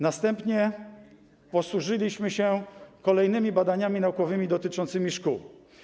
Następnie posłużyliśmy się kolejnymi badaniami naukowymi dotyczącymi szkół.